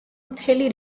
მთელი